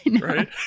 right